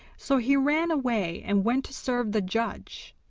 so he ran away and went to serve the judge.